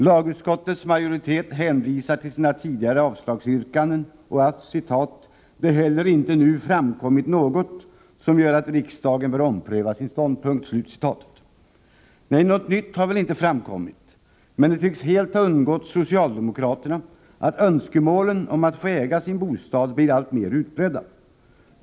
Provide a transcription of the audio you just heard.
Lagutskottets majoritet hänvisar till sina tidigare avslagsyrkanden och till att det ”inte heller nu framkommit något som gör att riksdagen bör ompröva sin ståndpunkt”. Nej, något nytt har väl inte framkommit. Men det tycks helt ha undgått socialdemokraterna att önskemålen att få äga sin bostad blir alltmer utbredda.